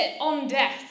on-death